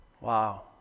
Wow